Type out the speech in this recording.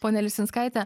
ponia lisinskaite